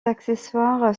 accessoire